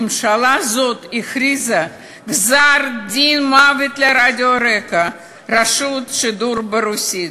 ממשלה זו הכריזה גזר-דין מוות על רדיו רק"ע של רשות השידור ברוסית.